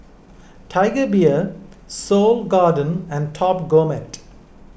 Tiger Beer Seoul Garden and Top Gourmet